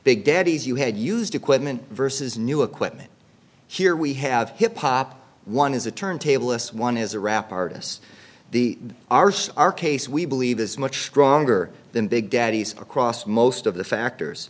big daddies you had used equipment versus new equipment here we have hip hop one is a turntable this one has a rap artist the arse our case we believe this much stronger than big daddy's across most of the factors